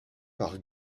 par